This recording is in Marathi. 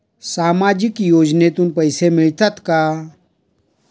सामाजिक योजनेतून पैसे मिळतात का?